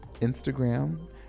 Instagram